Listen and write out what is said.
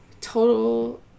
Total